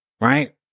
right